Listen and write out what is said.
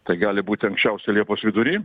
tai gali būti anksčiausia liepos vidury